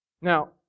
now